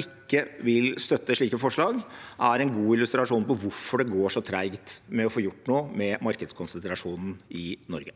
ikke vil støtte slike forslag, er en god illustrasjon på hvorfor det går så tregt med å få gjort noe med markedskonsentrasjonen i Norge.